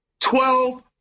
Twelve